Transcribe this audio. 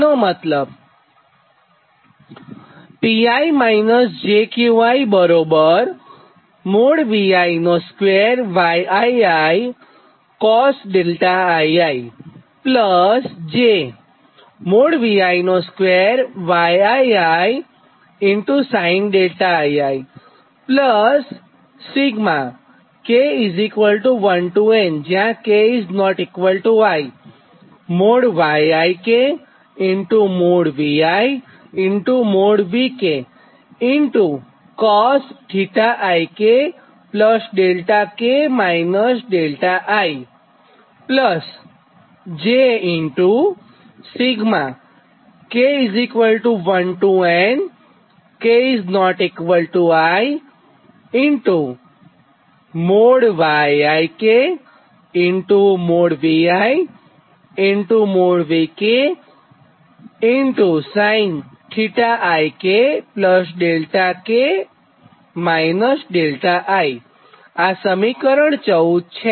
તેનો મતલબ આ સમીકરણ 14 છે